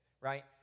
right